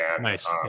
Nice